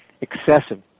excessive